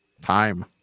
time